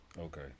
Okay